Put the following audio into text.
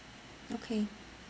okay